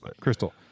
Crystal